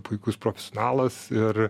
puikus profesionalas ir